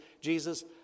Jesus